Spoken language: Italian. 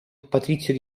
patrizio